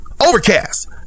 Overcast